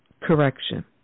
correction